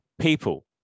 people